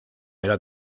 era